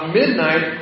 midnight